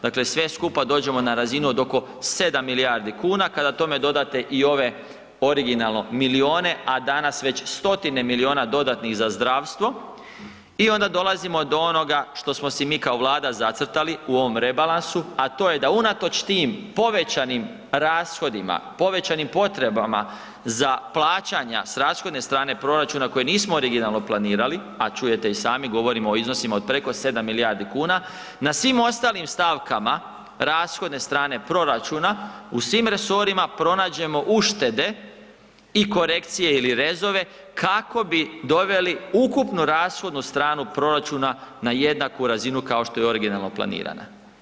Dakle, sve skupa dođemo na razinu od oko 7 milijardi kuna, kada tome dodate i ove originalno milione, a danas već 100-tine miliona dodatnih za zdravstvo i onda dolazimo do onoga što smo si mi kao Vlada zacrtali u ovom rebalansu, a to je da unatoč tim povećanim rashodima, povećanim potrebama za plaćanja s rashodne strane proračuna koje nismo originalno planirali, a čujete i sami govorimo o iznosima od preko 7 milijardi kuna, na svim ostalim stavkama rashodne strane proračuna, u svim resorima pronađemo uštede i korekcije ili rezove kako bi doveli ukupnu rashodnu stranu proračuna na jednaku razinu kao što je originalno planirana.